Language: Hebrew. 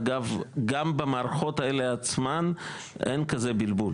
אגב גם במערכות האלה עצמן אין כזה בלבול,